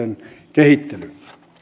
kehittelyyn